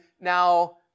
now